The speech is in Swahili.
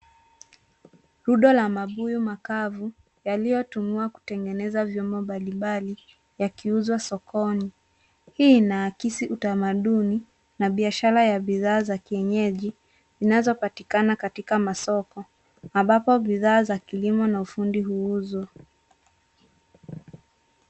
Rundo la mabuyu makavu yaliyotumiwa kutengeneza vyombo mbalimbali yakiuzwa sokoni. Hii inaakisi utamaduni na biashara ya bidhaa za kienyeji zinazopatikana katika masoko ambapo bidhaa za kilimo na ufundi huuzwa.